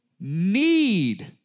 need